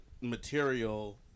material